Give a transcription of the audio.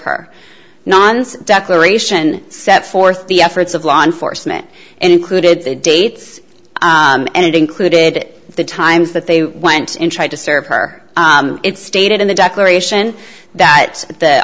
her non's declaration set forth the efforts of law enforcement and included the dates and it included the times that they went in tried to serve her it stated in the declaration that the